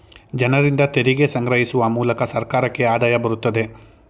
ಜನರಿಂದ ತೆರಿಗೆ ಸಂಗ್ರಹಿಸುವ ಮೂಲಕ ಸರ್ಕಾರಕ್ಕೆ ಆದಾಯ ಬರುತ್ತದೆ